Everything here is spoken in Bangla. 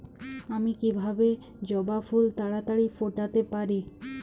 আমি কিভাবে জবা ফুল তাড়াতাড়ি ফোটাতে পারি?